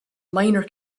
minor